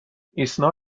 ایسنا